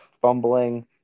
fumbling